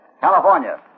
California